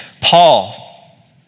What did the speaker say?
Paul